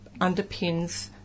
underpins